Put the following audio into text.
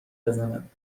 بزند